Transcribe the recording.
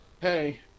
Hey